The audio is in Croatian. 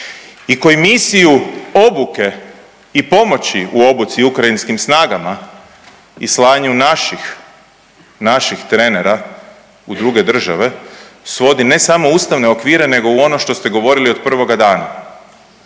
i koji misiju obuke i pomoći u obuci ukrajinskim snagama i slanju naših, naših trenera u druge države svodi ne samo u ustavne okvire nego u ono što ste govorili od prvoga dana